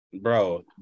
Bro